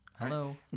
Hello